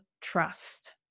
trust